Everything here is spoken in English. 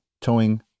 towing